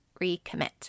recommit